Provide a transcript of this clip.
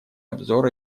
обзор